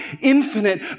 infinite